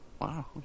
Wow